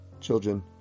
Children